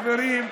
חברים,